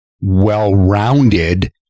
well-rounded